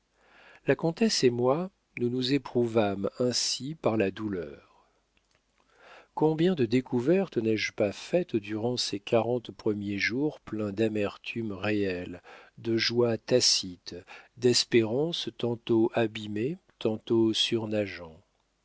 la comtesse et moi nous nous éprouvâmes ainsi par la douleur combien de découvertes n'ai-je pas faites durant ces quarante premiers jours pleins d'amertumes réelles de joies tacites d'espérances tantôt abîmées tantôt surnageant